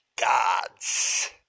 gods